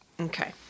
Okay